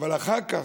אבל אחר כך,